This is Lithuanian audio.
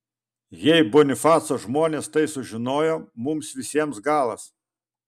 jei bonifaco žmonės tai sužinojo mums visiems galas